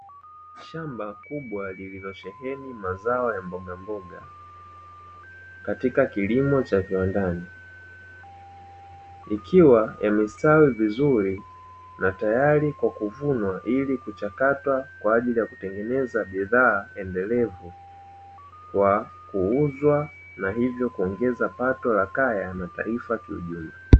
Shamba kubwa lililosheheni mazao ya mbogamboga katika kilimo cha viwandani, ikiwa yamestawi vizuri na tayari kwa kuvunwa ili kuchakatwa kwa ajili ya kutengeneza bidhaa endelevu, kwa kuuzwa na hivyo kuongeza pato la kaya na taifa kiujumla.